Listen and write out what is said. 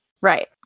Right